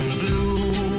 blue